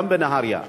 גם בנהרייה?